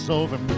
over